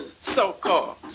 so-called